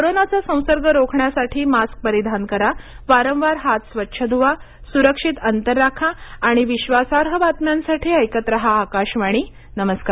कोरोनाचा संसर्ग रोखण्यासाठी मास्क परिधान करा वारंवार हात स्वच्छ धुवा सुरक्षित अंतर राखा आणि विश्वासार्ह बातम्यांसाठी ऐकत राहा आकाशवाणी नमस्कार